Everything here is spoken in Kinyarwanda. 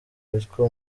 witwa